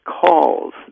calls